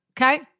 okay